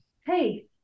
Hey